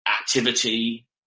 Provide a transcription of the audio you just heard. activity